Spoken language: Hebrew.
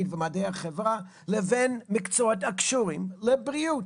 ומדעי החברה לבין מקצועות הקשורים לבריאות.